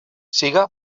sigui